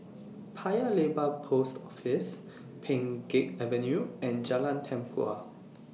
Paya Lebar Post Office Pheng Geck Avenue and Jalan Tempua